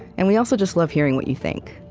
and we also just love hearing what you think.